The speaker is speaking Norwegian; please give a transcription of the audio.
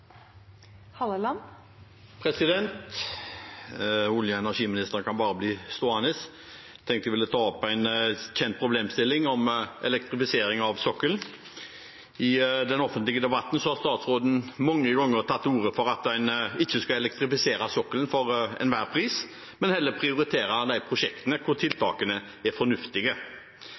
Olje- og energiministeren kan bare bli stående! Jeg tenkte jeg ville ta opp en kjent problemstilling, elektrifisering av sokkelen. I den offentlige debatten har statsråden mange ganger tatt til orde for at en ikke skal elektrifisere sokkelen for enhver pris, men heller prioritere de prosjektene hvor tiltakene er fornuftige.